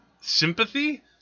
sympathy